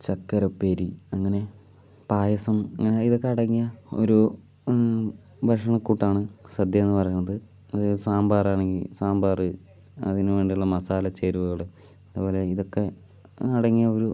ശർക്കര ഉപ്പേരി അങ്ങനെ പായസം അങ്ങനെ ഇതൊക്കെ അടങ്ങിയ ഒരു ഭക്ഷണ കൂട്ടാണ് സദ്യ എന്ന് പറയുന്നത് അതായത് സാമ്പാർ ആണെങ്കിൽ സാമ്പാർ അതിന് വേണ്ടിയിട്ടുള്ള മസാല ചേരുവകൾ അതുപോലെ ഇതൊക്കെ അടങ്ങിയ ഒരു